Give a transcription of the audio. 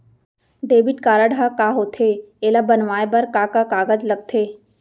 Debit card ह का होथे एला बनवाए बर का का कागज लगथे?